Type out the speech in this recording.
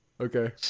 Okay